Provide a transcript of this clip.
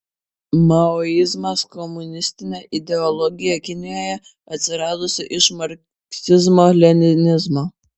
maoizmas komunistinė ideologija kinijoje atsiradusi iš marksizmo leninizmo